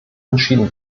entschieden